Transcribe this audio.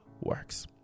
works